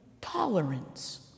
tolerance